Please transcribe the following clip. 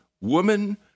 woman